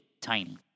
tiny